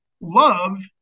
Love